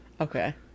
Okay